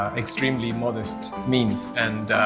extremely modest means and,